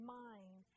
mind